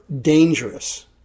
dangerous